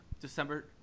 December